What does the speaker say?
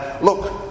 Look